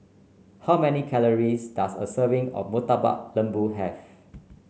how many calories does a serving of Murtabak Lembu have